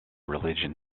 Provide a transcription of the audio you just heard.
religion